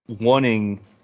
wanting